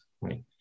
right